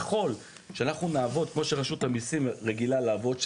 ככל שאנחנו נעבוד כמו שרשות המיסים רגילה לעבוד,